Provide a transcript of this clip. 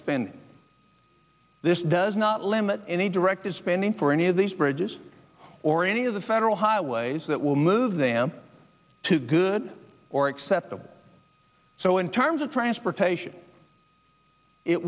spending this does not limit any directed spending for any of these bridges or any of the federal highways that will move them to good or acceptable so in terms of transportation it